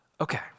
Okay